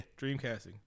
Dreamcasting